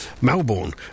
Melbourne